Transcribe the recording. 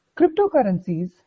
Cryptocurrencies